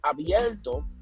abierto